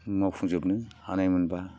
मावफुंजोबनो हानाय मोनबा